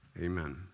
Amen